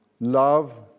love